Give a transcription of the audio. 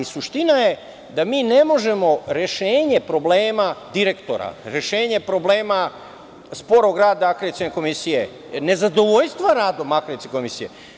Suština je da mi ne možemo rešenje problema direktora, rešenje problema sporog rada Akreditacione komisije, nezadovoljstvo radom Akreditacione komisije…